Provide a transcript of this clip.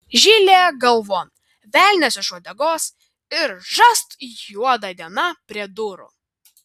žilė galvon velnias iš uodegos ir šast juoda diena prie durų